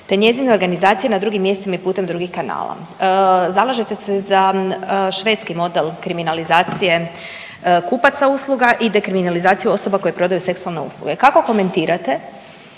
te njezine organizacije na drugim mjestima i putem drugih kanala. Zalažete se za švedski model kriminalizacije kupaca usluga i dekriminalizacije osoba koje prodaju seksualne usluge. Kako komentirate